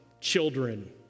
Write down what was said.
children